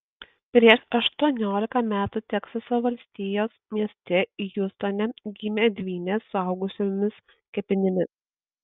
prieš aštuoniolika metų teksaso valstijos mieste hjustone gimė dvynės suaugusiomis kepenimis